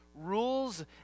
rules